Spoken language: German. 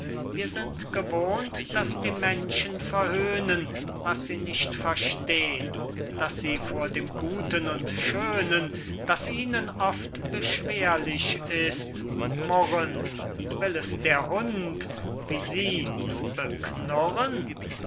wir sind gewohnt daß die menschen verhöhnen was sie nicht verstehn daß sie vor dem guten und schönen das ihnen oft beschwerlich ist murren will es der hund wie sie